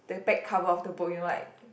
the back cover of the book you know like